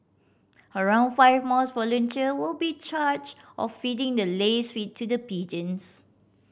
around five mosque volunteer will be charge of feeding the lace feed to the pigeons